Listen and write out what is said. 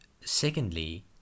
secondly